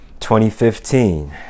2015